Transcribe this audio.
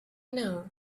know